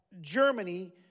Germany